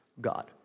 God